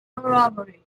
robbery